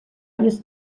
used